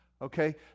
Okay